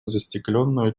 застекленную